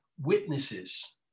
witnesses